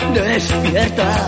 despierta